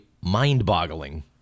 mind-boggling